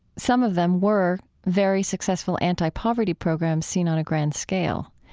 some of them were very successful anti-poverty programs seen on a grand scale.